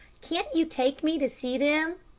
can't you take me to see them?